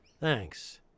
Thanks